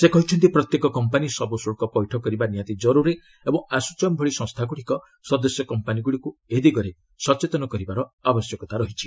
ସେ କହିଛନ୍ତି ପ୍ରତ୍ୟେକ କମ୍ପାନୀ ସବ୍ ଶ୍ରଳ୍କ ପୈଠ କରିବା ନିହାତି ଜରୁରୀ ଏବଂ ଆସୋଚାମ୍ ଭଳି ସଂସ୍ଥାଗୁଡ଼ିକ ସଦସ୍ୟ କମ୍ପାନୀଗୁଡ଼ିକ୍ ଏ ଦିଗରେ ସଚେତନ କରିବାର ଆବଶ୍ୟକତା ରହିଛି